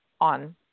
on